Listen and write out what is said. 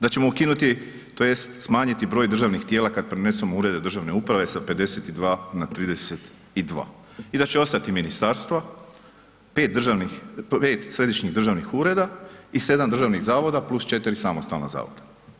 Da ćemo ukinuti tj. smanjiti broj državnih tijela kad prenesemo urede državne uprave sa 52 a 32 i da će ostati ministarstva, 5 središnjih državnih ureda i 7 državnih zavoda plus 4 samostalna zavoda.